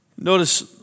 Notice